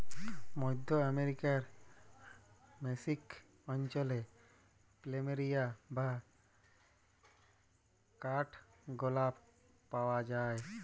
মধ্য আমরিকার মেক্সিক অঞ্চলে প্ল্যামেরিয়া বা কাঠগলাপ পাওয়া যায়